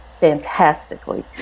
fantastically